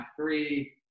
three